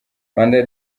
rwanda